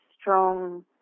strong